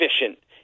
efficient